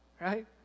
Right